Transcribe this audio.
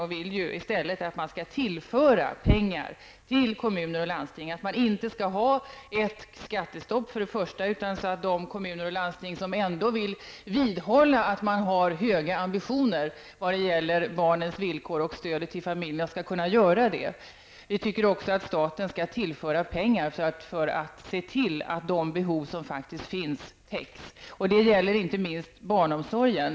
Vi vill att man i stället tillför pengar till kommuner och landsting. Först och främst vill vi att man inte skall ha ett skattestopp. De kommuner och landsting som vidhåller att de har höga ambitioner vad gäller barnens villkor och stödet till familjerna skall kunna fullfölja dem. Vi tycker också att staten skall tillföra pengar för att se till att de behov täcks som faktiskt finns. Det gäller inte minst barnomsorgen.